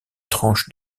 tranches